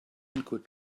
could